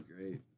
great